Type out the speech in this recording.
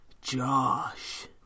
Josh